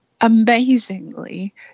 amazingly